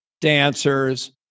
dancers